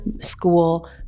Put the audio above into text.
School